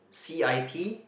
C_I_P